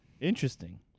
Interesting